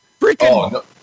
freaking